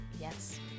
yes